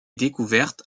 découverte